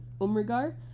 Umrigar